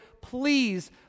please